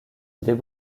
idées